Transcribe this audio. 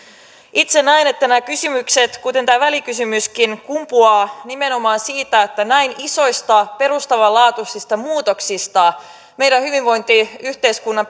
itse näen että nämä kysymykset kuten tämä välikysymyskin kumpuavat nimenomaan siitä että näin isoista perustavanlaatuisista muutoksista meidän hyvinvointiyhteiskunnan